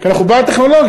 כי אנחנו בעד טכנולוגיה,